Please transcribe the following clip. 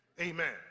Amen